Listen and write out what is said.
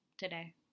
today